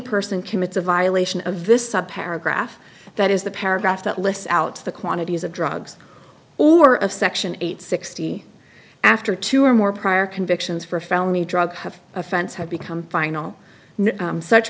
person commits a violation of this up there a graph that is the paragraph that lists out the quantities of drugs or of section eight sixty after two or more prior convictions for a felony drug offense have become final such